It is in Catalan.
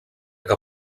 que